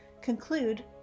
conclude